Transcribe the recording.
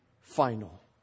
final